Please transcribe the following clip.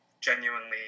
genuinely